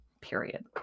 period